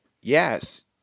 yes